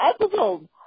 episode